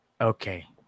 Okay